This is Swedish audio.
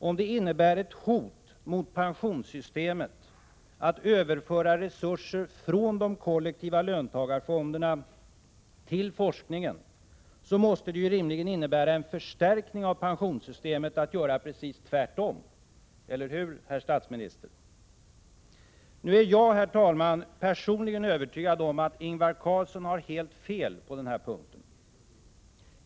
Om det innebär ett hot mot pensionssystemet att överföra resurser från de kollektiva löntagarfonderna till forskningen, måste det ju rimligen innebära en förstärkning av pensionssystemet att göra precis tvärtom — eller hur, herr statsminister? Nu är jag personligen övertygad om att Ingvar Carlsson har helt fel på den här punkten.